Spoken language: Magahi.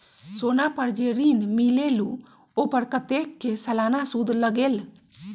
सोना पर जे ऋन मिलेलु ओपर कतेक के सालाना सुद लगेल?